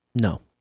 No